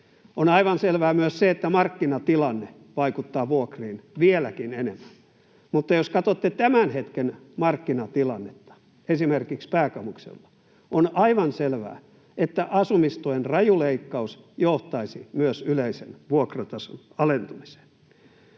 On aivan selvää myös se, että markkinatilanne vaikuttaa vuokriin vieläkin enemmän, mutta jos katsotte tämän hetken markkinatilannetta esimerkiksi pääkaupunkiseudulla, on aivan selvää, että asumistuen raju leikkaus johtaisi myös yleisen vuokratason alentumiseen.